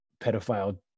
pedophile